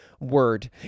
Word